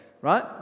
right